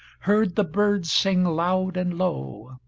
heard the birds sing loud and low,